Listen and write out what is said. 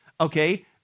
okay